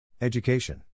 Education